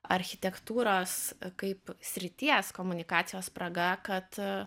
architektūros kaip srities komunikacijos spraga kad